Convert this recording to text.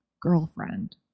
girlfriend